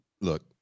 Look